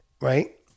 Right